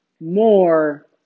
more